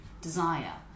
desire